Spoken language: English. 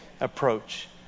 approach